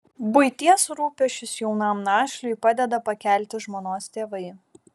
buities rūpesčius jaunam našliui padeda pakelti žmonos tėvai